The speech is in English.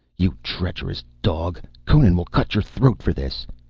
you treacherous dog! conan will cut your throat for this!